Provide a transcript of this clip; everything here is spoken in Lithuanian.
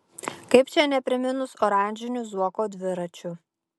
kaip čia nepriminus oranžinių zuoko dviračių